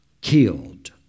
killed